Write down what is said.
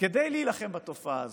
כדי להילחם בתופעה הזאת.